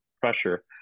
pressure